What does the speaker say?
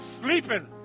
Sleeping